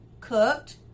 cooked